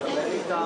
הכול.